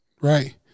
right